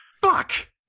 fuck